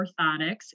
orthotics